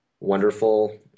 wonderful